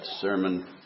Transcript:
sermon